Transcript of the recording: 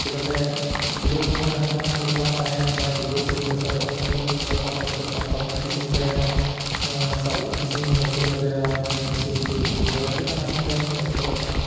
ᱪᱤᱠᱟᱹᱛᱮ ᱜᱤᱫᱽᱨᱟᱹ ᱥᱚᱢᱚᱭ ᱨᱮ ᱦᱟᱱᱛᱮ ᱱᱟᱛᱮᱞᱮ ᱪᱟᱞᱟᱜᱼᱟ ᱛᱟᱦᱮᱸᱫ ᱵᱟᱹᱫᱽ ᱥᱮᱫ ᱠᱚᱞᱮ ᱥᱟᱵᱼᱟ ᱚᱱᱠᱟ ᱠᱟᱛᱮᱫ ᱪᱟᱞᱟᱣ ᱠᱟᱛᱮᱫ ᱞᱮ ᱥᱟᱵ ᱠᱚᱣᱟ ᱛᱟᱦᱮᱸᱫ ᱠᱤᱥᱱᱤ ᱪᱮᱬᱮ ᱠᱚ ᱥᱟᱵ ᱞᱟᱹᱜᱤᱫ ᱠᱤᱥᱱᱤ ᱦᱚᱧ ᱟᱹᱥᱩᱞ ᱟᱠᱟᱫᱮᱭᱟ ᱟᱹᱥᱩᱞ ᱞᱮᱫᱮᱭᱟ ᱟᱹᱰᱤᱜᱟᱱ ᱟᱭᱢᱟ ᱪᱮᱬᱮ ᱚᱱᱠᱟᱧ ᱟᱹᱥᱩᱞ ᱟᱠᱟᱫ ᱠᱚᱣᱟ